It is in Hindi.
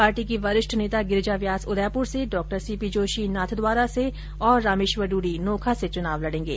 पार्टी की वरिष्ठ नेता गिरिजा व्यास उदयपुर से डॉ सी पी जोशी नाथद्वारा और रामेश्वर डूडी नोखा से चुनाव लड़ेंगे